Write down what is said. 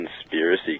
conspiracy